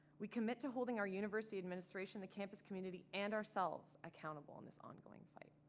we commit to holding our university administration, the campus community and ourselves accountable in this ongoing fight.